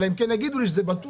אלא אם כן יגידו לי שזה בטוח.